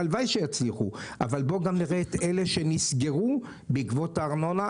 והלוואי שיצליחו אבל בואו נראה גם את אתה שנסגרו בעקבות הארנונה,